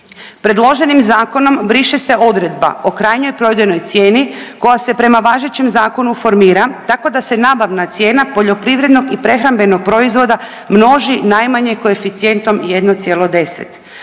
predloženim zakonom biše se odredba o krajnjoj provedenoj cijeni koja se prema važećem zakonu formira tako da se nabavna cijena poljoprivrednog i prehrambenog proizvoda množi najmanje koeficijentom 1,10